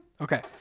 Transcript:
Okay